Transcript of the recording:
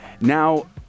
now